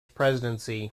presidency